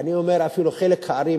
אני אומר אפילו חלק הארי,